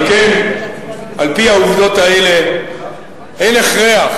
על כן, על-פי העובדות האלה, אין הכרח